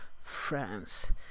France